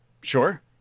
sure